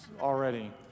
already